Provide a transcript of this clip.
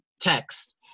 text